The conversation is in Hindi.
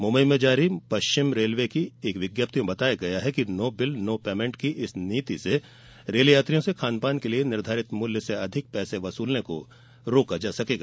मुम्बई में जारी पश्चिम रेलवे की विज्ञप्ति में बताया गया है कि नो बिल नो पेमेंट की इस नीति से रेल यात्रियों से खान पान के लिए निर्धारित मूल्य से अधिक पैसे वसूलने को रोका जा सकेगा